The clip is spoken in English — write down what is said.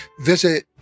visit